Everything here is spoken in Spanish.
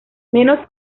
menos